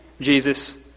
Jesus